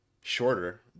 shorter